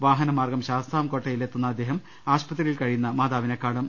വാഹനമാർഗ്ഗം ശാസ്താംകോട്ടയിലെത്തുന്ന അദ്ദേഹം ആശുപത്രിയിൽ കഴിയുന്ന മാതാവിനെ കാണും